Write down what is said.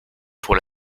pour